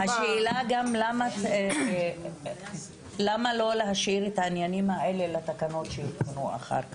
השאלה גם למה לא להשאיר את העניינים האלה לתקנות שיוגדרו אחר כך,